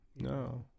no